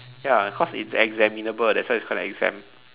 ya cause it's examinable that's why it's called an exam